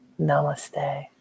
Namaste